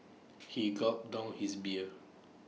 he gulped down his beer